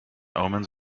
omens